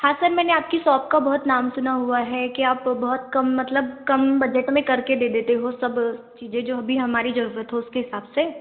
हाँ सर मैंने आपकी सॉप का बहुत नाम सुना हुआ है कि आप बहुत कम मतलब कम बजट में करके दे देते हो सब चीज़ें जो भी हमारी जरूरत हो उसके हिसाब से